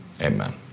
amen